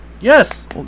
Yes